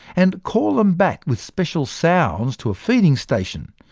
and call them back with special sounds to a feeding station,